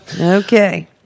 okay